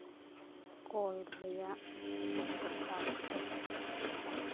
ᱠᱚᱞ ᱨᱮᱭᱟᱜ ᱛᱚᱯᱷᱟᱛ ᱫᱚ